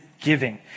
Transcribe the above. giving